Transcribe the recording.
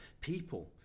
people